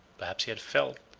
perhaps he had felt,